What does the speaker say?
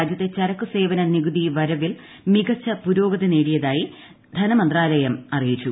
രാജ്യത്തെ ചരക്ക് സേവന നികുതി വരവിൽ മികച്ച പുരോഗതി നേടിയതായി ധനമന്ത്രാലയം അറിയിച്ചു